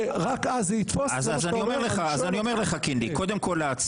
זה צריך להיות מהפעם הבאה,